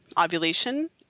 ovulation